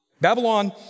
Babylon